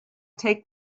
take